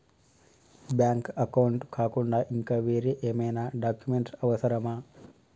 Bank account కాకుండా ఇంకా వేరే ఏమైనా డాక్యుమెంట్స్ అవసరమా?